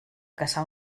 caçar